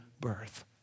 birth